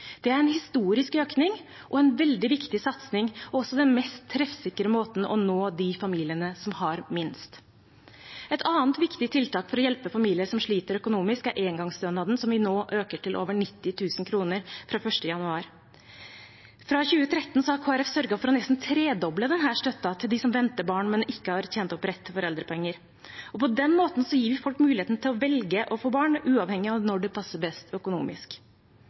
Det er en historisk økning og en veldig viktig satsing og også den mest treffsikre måten for å nå de familiene som har minst. Et annet viktig tiltak for å hjelpe familier som sliter økonomisk, er engangsstønaden, som vi nå øker til over 90 000 kr fra 1. januar. Fra 2013 har Kristelig Folkeparti sørget for å nesten tredoble denne støtten til dem som venter barn, men ikke har tjent opp rett til foreldrepenger. På den måten gir vi folk muligheten til å velge å få barn uavhengig av når det passer best økonomisk.